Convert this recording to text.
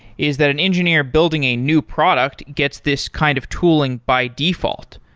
is that an engineer building a new product gets this kind of tooling by default.